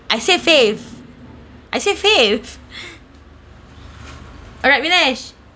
I said faith I said faith alright vinesh